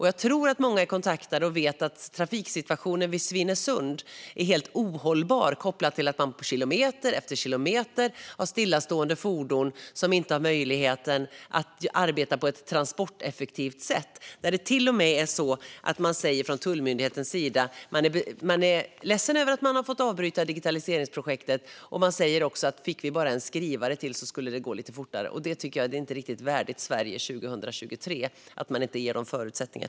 Jag tror att många är kontaktade och vet att trafiksituationen vid Svinesund är helt ohållbar, med kilometer efter kilometer av stillastående fordon som inte har möjlighet att arbeta på ett transporteffektivt sätt. Man säger till och med från tullmyndighetens sida att man är ledsen över att man har fått avbryta digitaliseringsprojektet. Man säger också att det skulle gå lite fortare om man bara fick en skrivare till. Det är inte riktigt värdigt Sverige 2023 att myndigheterna inte ges rätt förutsättningar.